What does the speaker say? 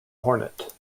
hornet